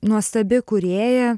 nuostabi kūrėja